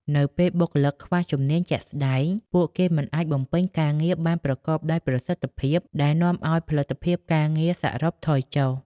នៅពេលបុគ្គលិកខ្វះជំនាញជាក់ស្តែង ពួកគេមិនអាចបំពេញការងារបានប្រកបដោយប្រសិទ្ធភាព ដែលនាំឱ្យផលិតភាពការងារសរុបថយចុះ។